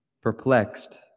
perplexed